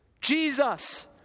Jesus